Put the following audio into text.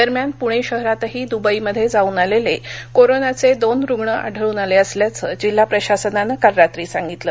दरम्यान पुणशिहरातही दुबईमध्यज्ञाऊन आलखीरोनाचविन रुग्ण आढळून आलखिसल्याचं जिल्हा प्रशासनानं काल रात्री सांगितलं